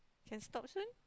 can stop soon